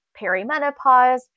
perimenopause